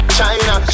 China